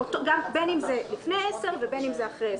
גם בין אם זה לפני 10:00 ובין אם זה אחרי 10:00,